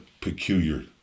peculiar